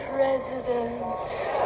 President